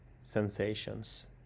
sensations